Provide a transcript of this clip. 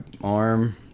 arm